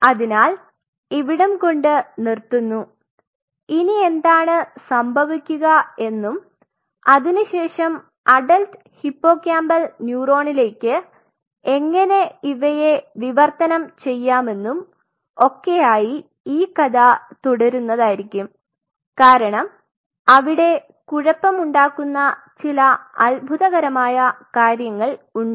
അതിനാൽ ഇവിടം കൊണ്ട് നിർത്തുന്നു ഇനി എന്താണ് സംഭവിക്കുക എന്നും അതിനുശേഷം അഡൽറ്റ് ഹിപ്പോകാമ്പൽ ന്യൂറോണിലേക്ക് എങ്ങനെ ഇവയെ വിവർത്തനം ചെയ്യാമെന്നും ഒക്കെ ആയി ഈ കഥ തുടരുന്നതായിരിക്കും കാരണം അവിടെ കുഴപ്പമുണ്ടാക്കുന്ന ചില അദ്ഭുതകരമായ കാര്യങ്ങൾ ഉണ്ട്